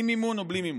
עם מימון או בלי מימון.